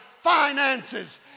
finances